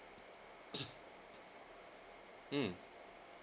mm